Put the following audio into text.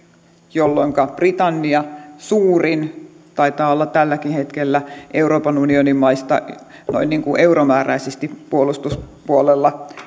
britannia taitaa olla tälläkin hetkellä suurin euroopan unionin maista noin niin kuin euromääräisesti puolustuspuolella